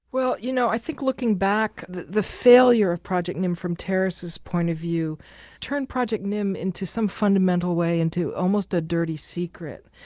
well you know i think looking back, the the failure of project nim from terrace's point of view turned project nim in some fundamental way into almost a dirty secret.